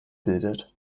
bildet